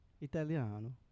Italiano